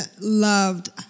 loved